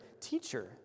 teacher